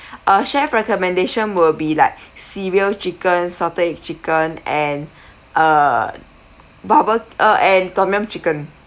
our chef recommendation will be like cereal chicken salted egg chicken and uh barbe~ uh and tom yum chicken